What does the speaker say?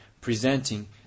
presenting